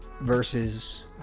versus